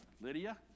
Lydia